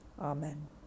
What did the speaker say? Amen